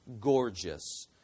gorgeous